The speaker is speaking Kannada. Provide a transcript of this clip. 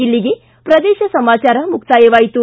ಇಲ್ಲಿಗೆ ಪ್ರದೇಶ ಸಮಾಚಾರ ಮುಕ್ತಾಯವಾಯಿತು